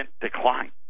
decline